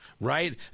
right